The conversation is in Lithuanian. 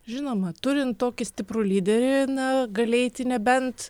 žinoma turint tokį stiprų lyderį na gali eiti nebent